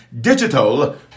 digital